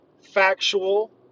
factual